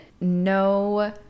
no